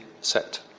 set